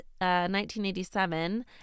1987